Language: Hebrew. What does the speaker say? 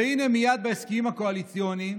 והינה, מייד בהסכמים הקואליציוניים